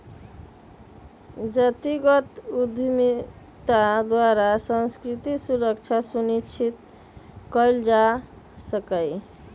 जातिगत उद्यमिता द्वारा सांस्कृतिक सुरक्षा सुनिश्चित कएल जा सकैय